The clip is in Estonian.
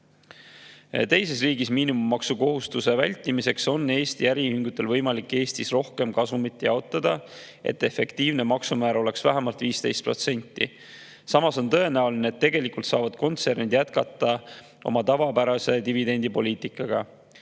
Teises riigis miinimummaksukohustuse vältimiseks on Eesti äriühingutel võimalik Eestis rohkem kasumit jaotada, et efektiivne maksumäär oleks vähemalt 15%. Samas on tõenäoline, et tegelikult saavad kontsernid jätkata oma tavapärase dividendipoliitikaga.